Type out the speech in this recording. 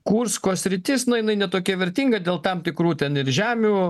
kursko sritis na jinai ne tokia vertinga dėl tam tikrų ten ir žemių